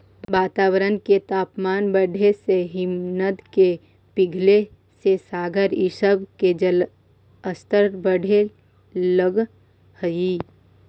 वातावरण के तापमान बढ़े से हिमनद के पिघले से सागर इ सब के जलस्तर बढ़े लगऽ हई